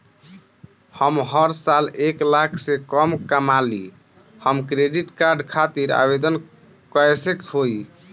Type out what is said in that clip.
हम हर साल एक लाख से कम कमाली हम क्रेडिट कार्ड खातिर आवेदन कैसे होइ?